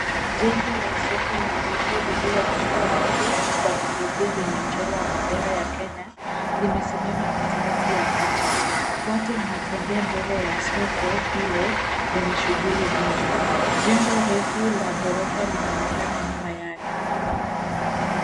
Jengo la soko la jiji lililopakwa rangi za kuvutia zenye mchoro wa bendera ya kenya limesimama katikati ya picha. Watu wanatembea mbele ya soko hilo lenye shughuli nyingi. Jengo refu la ghorofa linaonekana nyuma yake.